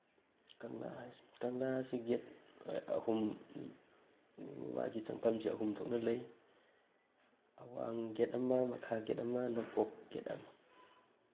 ꯀꯪꯂꯥ ꯀꯪꯂꯥ ꯑꯁꯤ ꯒꯦꯠ ꯑꯍꯨꯝ ꯃꯥꯒꯤ ꯆꯪꯐꯝꯁꯤ ꯑꯍꯨꯝ ꯊꯣꯛꯅ ꯂꯩ ꯑꯋꯥꯡ ꯒꯦꯠ ꯑꯃ ꯃꯈꯥ ꯒꯦꯠ ꯑꯃ ꯅꯣꯡꯄꯣꯛ ꯒꯦꯠ ꯑꯃ